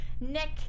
Nick